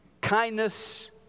kindness